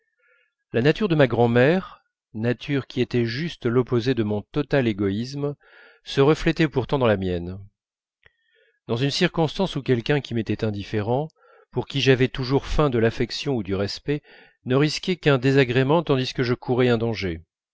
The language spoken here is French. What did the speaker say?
la nature de ma grand'mère nature qui était tout juste l'opposé de mon total égoïsme se reflétait pourtant dans la mienne dans une circonstance où quelqu'un qui m'était indifférent pour qui j'avais toujours feint de l'affection ou du respect ne risquait qu'un désagrément tandis que je courais un danger